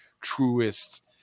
truest